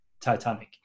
Titanic